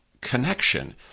connection